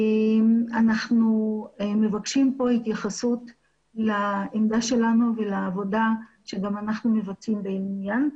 אנחנו מבקשים כאן התייחסות לעמדה שלנו ולעבודה שגם אנחנו מבצעים בעניין.